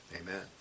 amen